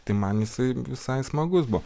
tai man jisai visai smagus buvo